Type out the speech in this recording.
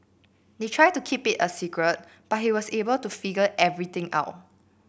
they tried to keep it a secret but he was able to figure everything out